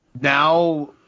Now